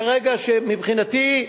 כרגע מבחינתי,